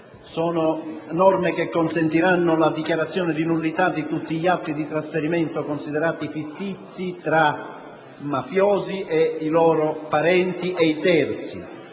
casseforti della mafia), la dichiarazione di nullità di tutti gli atti di trasferimento considerati fittizi tra mafiosi, loro parenti e terzi,